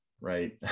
right